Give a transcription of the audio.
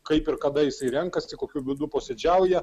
kaip ir kada jisai renkasi kokiu būdu posėdžiauja